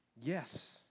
Yes